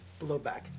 blowback